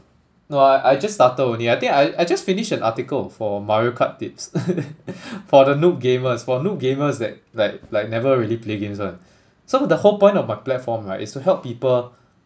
no I I just started only I think I I just finish an article for mario kart tips for the noob gamers for noob gamers that like like never really play games [one] so the whole point of my platform right is to help people